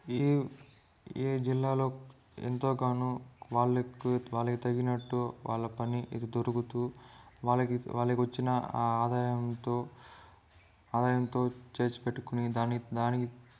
ఈ ఈ జిల్లాలో ఎంతోగానో వాళ్ళకు వాళ్ళకు తగినట్టు వాళ్ళ పని ఇది దొరుకుతూ వాళ్ళకి వాళ్ళకి వచ్చిన ఆదాయంతో ఆదాయంతో చేసి పెట్టుకునే దాని దానికి